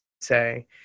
say